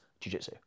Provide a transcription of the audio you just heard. jujitsu